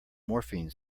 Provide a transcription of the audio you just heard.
morphine